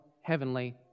heavenly